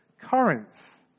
Corinth